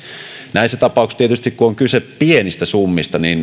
näissä tapauksissa tietysti kun on kyse pienistä summista